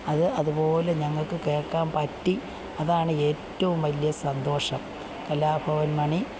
അത് അതുപോലെ ഞങ്ങള്ക്ക് കേള്ക്കാന് പറ്റി അതാണ് ഏറ്റവും വലിയ സന്തോഷം കലാഭവന് മണി